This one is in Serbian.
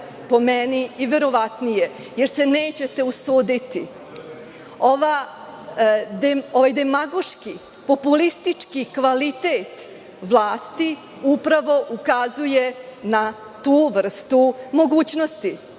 po meni verovatnije, jer se nećete usuditi. Ovaj demagoški, populistički kvalitet vlasti upravo ukazuje na tu vrstu mogućnosti.